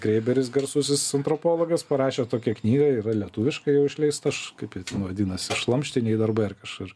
greiberis garsusis antropologas parašė tokią knygą yra lietuviškai jau išleista aš kaip ir vadinasi šlamštiniai darbai ar kažkur